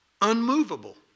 Unmovable